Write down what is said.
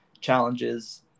challenges